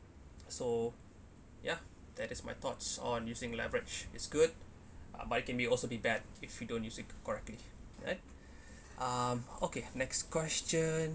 so ya that is my thoughts on using leverage is good but it can be also be bad if you don't use it correctly right um okay next question